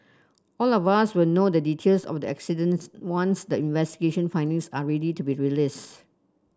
all of us will know the details of the accidents once the investigation findings are ready to be released